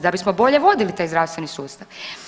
Da bismo bolje vodili taj zdravstveni sustav.